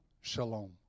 shalom